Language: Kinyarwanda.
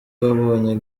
wabonye